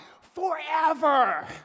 forever